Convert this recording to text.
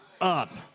up